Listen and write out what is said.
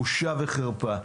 בושה וחרפה.